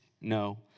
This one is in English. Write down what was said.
No